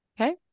Okay